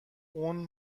اون